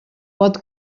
pot